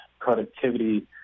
productivity